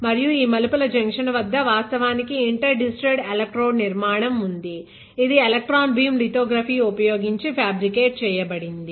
మరియు ఈ మలుపుల జంక్షన్ వద్ద వాస్తవానికి ఇంటర్ డిజిటెడ్ ఎలక్ట్రోడ్ నిర్మాణం వుంది ఇది ఎలక్ట్రాన్ బీమ్ లితోగ్రఫీ ఉపయోగించి ఫ్యాబ్రికేట్ చేయబడింది